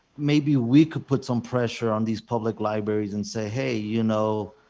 maybe we could put some pressure on these public libraries and say hey, you know,